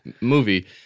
movie